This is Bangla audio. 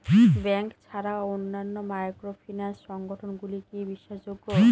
ব্যাংক ছাড়া অন্যান্য মাইক্রোফিন্যান্স সংগঠন গুলি কি বিশ্বাসযোগ্য?